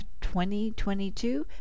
2022